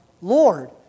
Lord